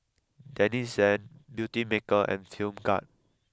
Denizen Beautymaker and Film Grade